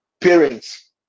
parents